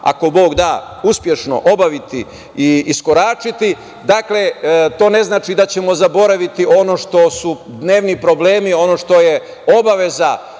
ako Bog da, uspešno obaviti i iskoračiti, dakle to ne znači da ćemo zaboraviti ono što su dnevni problemi, ono što je obaveza